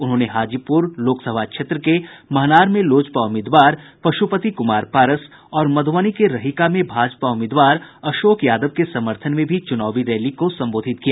उन्होंने हाजीपुर लोकसभा क्षेत्र के महनार में लोजपा उम्मीदवार पशुपति कुमार पारस और मधुबनी के रहिका में भाजपा उम्मीदवार अशोक यादव के समर्थन में भी चूनावी रैली को संबोधित किया